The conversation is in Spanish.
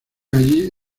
allí